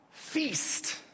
Feast